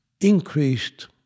increased